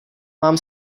mám